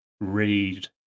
read